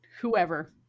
whoever